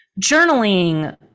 journaling